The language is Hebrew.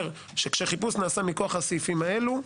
שכשחיפוש נעשה מכוח הסעיפים האלו,